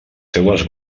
seues